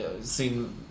seen